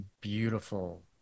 beautiful